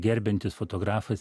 gerbiantis fotografas